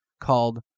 called